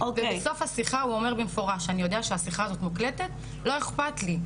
ובסוף השיחה הוא אומר במפורש שהוא יודע שהשיחה הזאת מוקלטת ולא אכפת לו.